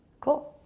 cool.